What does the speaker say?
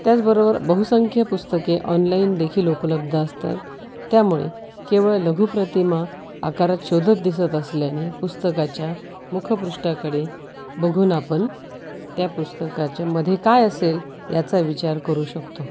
त्याचबरोबर बहुसंख्य पुस्तके ऑनलाईन देखील उपलब्ध असतात त्यामुळे केवळ लघुप्रतिमा आकारात शोधत दिसत असल्याने पुस्तकाच्या मुखपृष्ठाकडे बघून आपण त्या पुस्तकाच्यामध्ये काय असेल याचा विचार करू शकतो